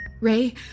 Ray